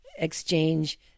Exchange